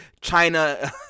China